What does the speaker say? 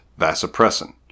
vasopressin